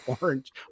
orange